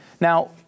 Now